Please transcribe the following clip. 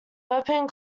open